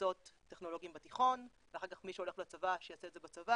מקצועות טכנולוגיים בתיכון ואחר כך מי שהולך לצבא שיעשה את זה בצבא